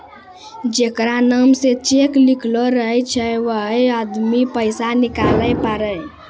जेकरा नाम से चेक लिखलो रहै छै वैहै आदमी पैसा निकालै पारै